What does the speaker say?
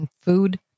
Food